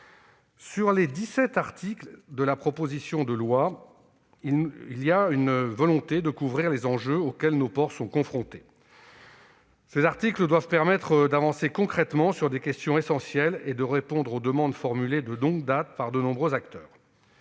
dix-sept articles de la proposition de loi ont vocation à couvrir tous les enjeux auxquels nos ports sont confrontés. Ils doivent permettre d'avancer concrètement sur des questions essentielles et de répondre aux demandes formulées de longue date par de nombreux acteurs.